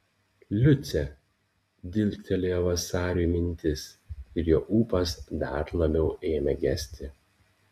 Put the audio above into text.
liucė dilgtelėjo vasariui mintis ir jo ūpas dar labiau ėmė gesti